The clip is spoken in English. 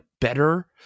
better